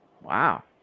Wow